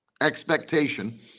expectation